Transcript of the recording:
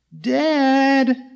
Dad